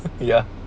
ya